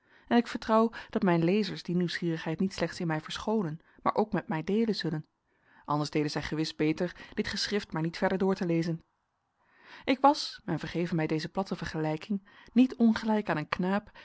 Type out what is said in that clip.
en ik vertrouw dat mijn lezers die nieuwsgierigheid niet slechts in mij verschonen maar ook met mij deelen zullen anders deden zij gewis beter dit geschrift maar niet verder door te lezen ik was men vergeve mij deze platte vergelijking niet ongelijk aan een knaap